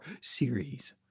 series